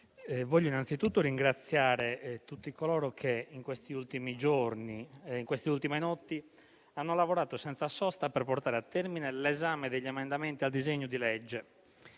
vorrei innanzitutto ringraziare tutti coloro che in questi ultimi giorni e in queste ultime notti hanno lavorato senza sosta per portare a termine l'esame degli emendamenti al disegno di legge